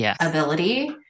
ability